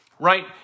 Right